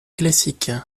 classique